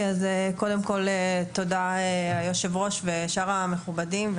קודם כל תודה היושב-ראש ושאר המכובדים,